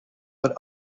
but